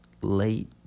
late